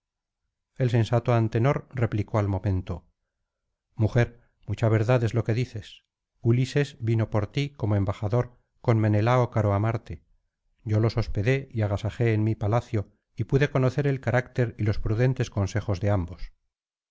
el sensato antenor replicó al momento mujer mucha verdad s lo que dices ulises vino por ti como embajador con menelao caro á marte yo los hospedé y agasajé en mi palacio y pude conocer el carácter y los prudentes consejos de ambos